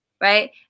right